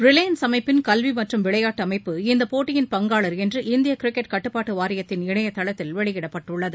Reliance அமைப்பின் கல்வி மற்றும் விளையாட்டு அமைப்பு இந்தப் போட்டியின் பங்காளர் என்று இந்திய கிரிக்கெட் கட்டுப்பாட்டு வாரியத்தின் இணையதளத்தில் வெளியிடப்பட்டுள்ளது